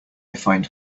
find